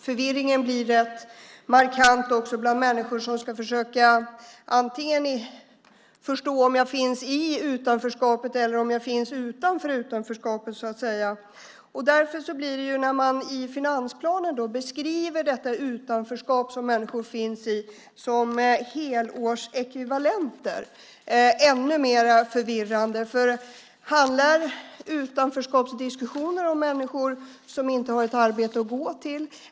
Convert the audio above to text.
Förvirringen blir nog också rätt markant bland människor som ska försöka förstå om de finns i utanförskapet eller om de finns utanför utanförskapet så att säga. När man i finansplanen beskriver detta utanförskap som människor finns i som helårsekvivalenter blir det ännu mer förvirrande. Handlar utanförskapet och den diskussionen om människor som inte har ett arbete att gå till?